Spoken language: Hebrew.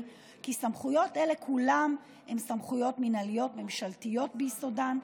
היא כי סמכויות אלה כולן הן סמכויות מינהליות ממשלתיות ביסודן,